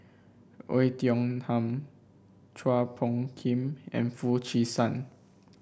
Oei Tiong Ham Chua Phung Kim and Foo Chee San